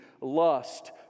lust